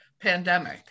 pandemic